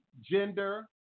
gender